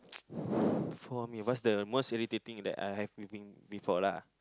for me what's the most irritating that I have been been before lah